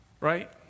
right